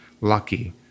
lucky